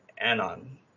Anon